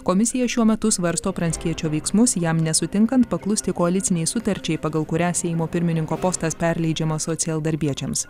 komisija šiuo metu svarsto pranckiečio veiksmus jam nesutinkant paklusti koalicinei sutarčiai pagal kurią seimo pirmininko postas perleidžiamas socialdarbiečiams